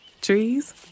Trees